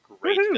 great